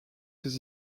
ses